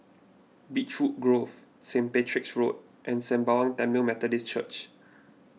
Beechwood Grove Saint Patrick's Road and Sembawang Tamil Methodist Church